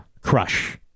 crush